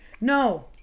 no